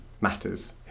matters